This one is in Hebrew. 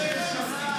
--- סגן השר.